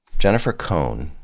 jennifer cohn,